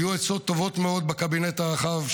היו עצות טובות מאוד בקבינט הרחב,